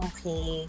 Okay